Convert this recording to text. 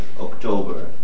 October